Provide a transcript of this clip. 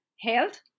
health